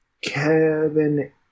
Kevin